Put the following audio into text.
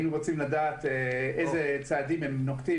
היינו רוצים לדעת איזה צעדים הם נוקטים